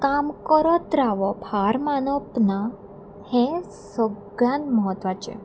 काम करत रावप हार मानप ना हें सगळ्यान म्हत्वाचें